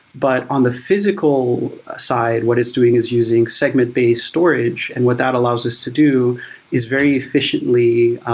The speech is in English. but on the physical side what it's doing is using segment-based storage. and what that allows us to do is very efficiently